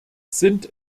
sind